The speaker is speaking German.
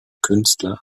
künstler